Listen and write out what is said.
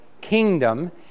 kingdom